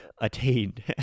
attained